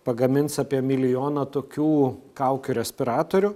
pagamins apie milijoną tokių kaukių respiratorių